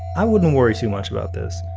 i wouldn't worry too much about this.